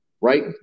right